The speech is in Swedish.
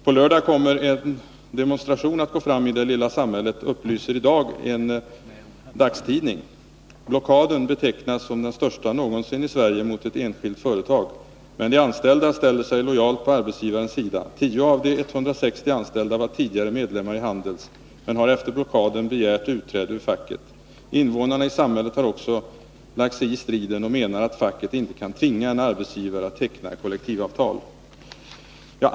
På lördag kommer en demonstration att gå fram i det lilla samhället, upplyser i dag en dagstidning. Blockaden betecknas som den största någonsin i Sverige mot ett enskilt företag. Men de anställda ställer sig lojalt på arbetsgivarens sida. 10 av de 160 anställda var tidigare medlemmar i Handels, men har efter blockaden begärt utträde ur facket. Invånarna i samhället har också lagt sig i striden och menar att facket inte kan tvinga en arbetsgivare att teckna ett kollektivavtal.